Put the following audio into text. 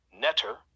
netter